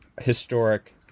historic